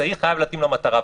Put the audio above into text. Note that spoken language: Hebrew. האמצעי חייב להתאים למטרה,